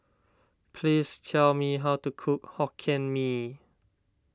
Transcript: please tell me how to cook Hokkien Mee